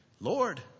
Lord